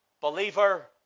believer